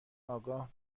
آگاه